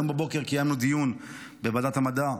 היום בבוקר קיימנו דיון בוועדת המדע,